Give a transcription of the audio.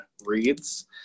reads